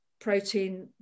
protein